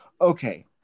okay